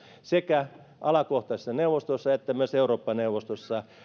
sekä alakohtaisissa neuvostoissa että myös eurooppa neuvostossa on tehnyt näissä asioissa